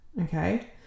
Okay